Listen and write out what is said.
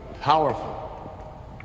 Powerful